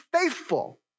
faithful